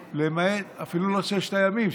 אפילו לא ששת הימים,